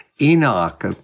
Enoch